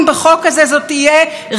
אומרת שרת המשפטים,